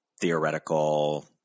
theoretical